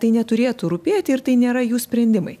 tai neturėtų rūpėti ir tai nėra jų sprendimai